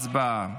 הצבעה.